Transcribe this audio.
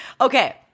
Okay